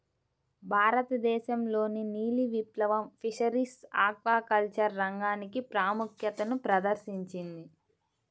భారతదేశంలోని నీలి విప్లవం ఫిషరీస్ ఆక్వాకల్చర్ రంగానికి ప్రాముఖ్యతను ప్రదర్శించింది